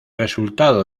resultado